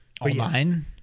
online